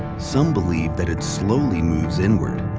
some believe that it slowly moves inward,